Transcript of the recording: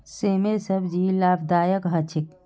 सेमेर सब्जी लाभदायक ह छेक